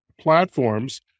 platforms